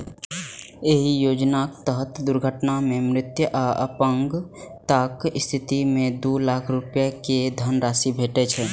एहि योजनाक तहत दुर्घटना मे मृत्यु आ अपंगताक स्थिति मे दू लाख रुपैया के धनराशि भेटै छै